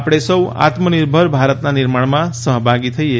આપણે સૌ આત્મનિર્ભર ભારતના નિર્માણમાં સહ્ભાગી થઈએ